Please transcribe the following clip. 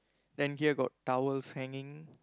then here got towels hanging